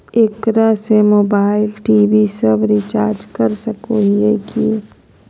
एकरा से mobile TV सब रिचार्ज कर सको हियै की?